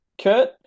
Kurt